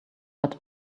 but